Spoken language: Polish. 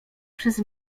przez